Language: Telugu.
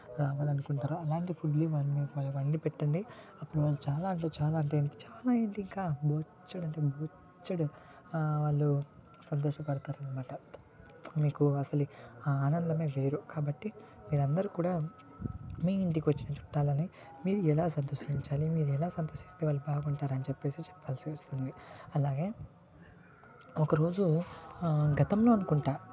రావాలి అనుకుంటారో అలాంటి ఫుడ్ని మనం వాళ్ళకి వండి పెట్టండి అప్పుడు వాళ్ళు చాలా అంటే చాలా అంటే చాలా ఏంటి ఇంకా బొచ్చడు అంటే బొచ్చడు వాళ్ళు సంతోషపడతారు అన్నమాట మీకు అసలు ఆ ఆనందమే వేరు కాబట్టి మీరు అందరు కూడా మీ ఇంటికి వచ్చిన చుట్టాలని మీరు ఎలా సంతోషించాలి మీరు ఎలా సంతోషిస్తే వాళ్ళు బాగుంటారు అని చెప్పేసి చెప్పాల్సి చెప్పాల్సి వస్తుంది అలాగే ఒకరోజు గతంలో అనుకుంటా